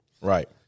right